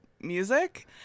music